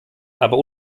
aber